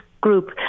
group